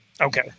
Okay